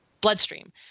bloodstream